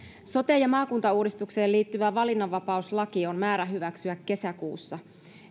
sote ja maakuntauudistukseen liittyvä valinnanvapauslaki on määrä hyväksyä kesäkuussa